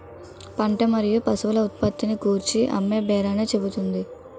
పంట మరియు పశువుల ఉత్పత్తిని గూర్చి అమ్మేబేరాన్ని చెబుతుంది